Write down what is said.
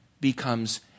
becomes